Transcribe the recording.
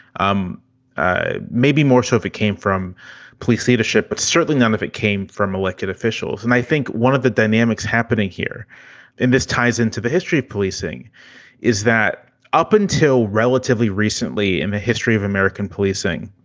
um ah maybe more so if it came from police leadership. but certainly none if it came from elected officials. and i think one of the dynamics happening here in this ties into the history of policing is that up until relatively recently in the history of american policing,